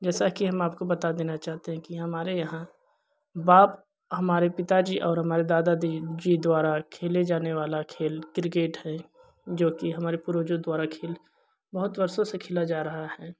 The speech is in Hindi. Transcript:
जैसा कि हम आपको बता देना चाहते हैं कि हमारे यहाँ बाप हमारे पिताजी और हमारे दादाजी जी द्वारा खेले जाने वाला खेल क्रिकेट है जो कि हमारे पूर्वजों द्वारा खेल बहुत वर्षों से खेला जा रहा है